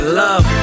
love